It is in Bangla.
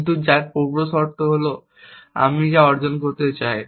কিন্তু যার পূর্বশর্ত হল আমি যা অর্জন করতে চাই